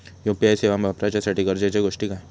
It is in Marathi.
यू.पी.आय सेवा वापराच्यासाठी गरजेचे गोष्टी काय?